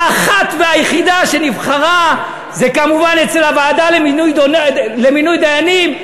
האחת והיחידה שנבחרה היא כמובן בוועדה למינוי דיינים,